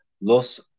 Los